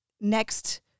next